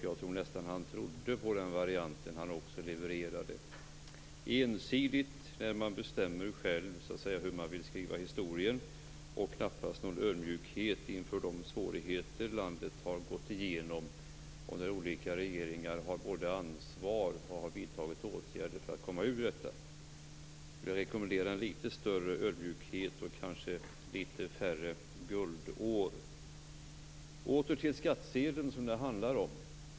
Jag tror nästan att han också trodde på den variant som han levererade. Det blir ensidigt när man själv bestämmer hur man vill skriva historien. Det finns knappast någon ödmjukhet inför de svårigheter som landet har gått igenom där olika regeringar har haft ansvar och vidtagit åtgärder för att komma ur problemen. Jag skulle vilja rekommendera en litet större ödmjukhet och kanske litet färre "guldår". Åter till skattsedeln som det handlar om.